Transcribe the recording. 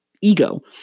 ego